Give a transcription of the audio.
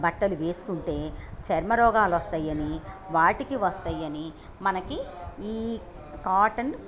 బట్టలు వేసుకుంటే చర్మ రోగాలోస్తయ్యని వాటికి వస్తాయని మనకి కాటన్